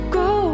go